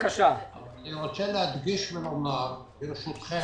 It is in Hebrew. אני רוצה להדגיש ולומר, ברשותכם,